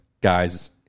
guys